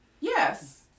Yes